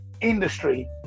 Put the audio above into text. industry